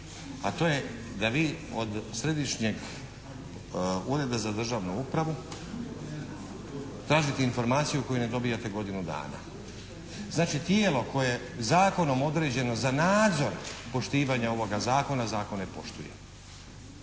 A to je da vi od Središnjeg ureda za državnu upravu tražite informaciju koju ne dobijate godinu dana. Znači tijelo koje je zakonom određeno za nadzor poštivanja ovoga zakona, zakon ne poštuje.